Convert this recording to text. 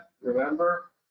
remember